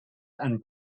and